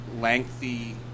Lengthy